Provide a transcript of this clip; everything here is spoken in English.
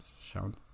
shown